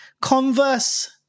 converse